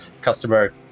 customer